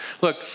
look